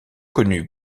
connu